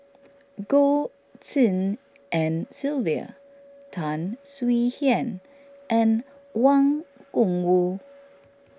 Goh Tshin En Sylvia Tan Swie Hian and Wang Gungwu